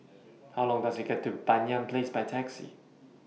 How Long Does IT Take to get to Banyan Place By Taxi